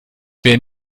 wer